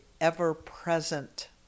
ever-present